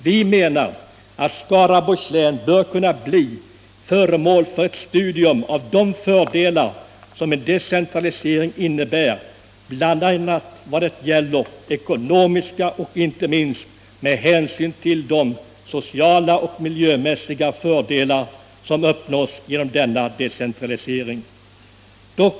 Vi menar att Skaraborgs län bör kunna bli föremål för ett studium av de fördelar — ekonomiska och inte minst sociala och miljömässiga — som en sådan decentralisering innebär.